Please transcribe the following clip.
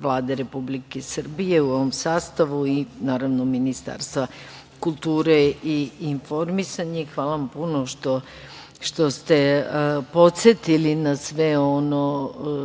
Vlade Republike Srbije u ovom sastavu i naravno Ministarstva kulture i informisanja. Hvala vam puno što ste podsetili na sve ono